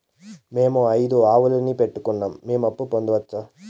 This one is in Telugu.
మేము ఐదు ఆవులని పెట్టుకున్నాం, మేము అప్పు పొందొచ్చా